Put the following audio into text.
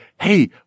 hey